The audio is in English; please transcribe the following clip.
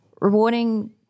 rewarding